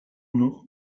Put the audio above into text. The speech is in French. nom